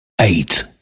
eight